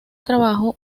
trabajo